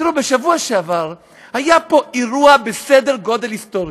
תראו, בשבוע שעבר היה פה אירוע בסדר גודל היסטורי,